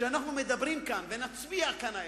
כשאנחנו מדברים כאן, ונצביע כאן הערב,